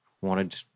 wanted